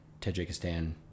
Tajikistan